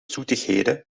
zoetigheden